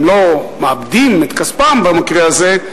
הם לא מאבדים את כספם במקרה הזה,